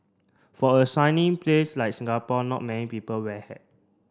for a sunny place like Singapore not many people wear a hat